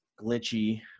glitchy